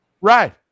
Right